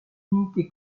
unité